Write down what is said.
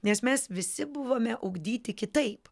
nes mes visi buvome ugdyti kitaip